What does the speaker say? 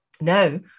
No